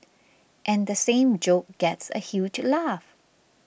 and the same joke gets a huge laugh